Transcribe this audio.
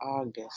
August